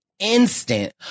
instant